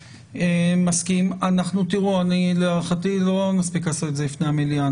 להערכתי לא נספיק לעשות את זה לפני המליאה.